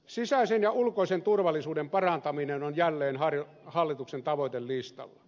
sisäisen ja ulkoisen turvallisuuden parantaminen on jälleen hallituksen tavoitelistalla